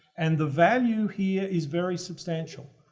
and the value here is very substantial,